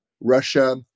Russia